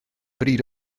bryd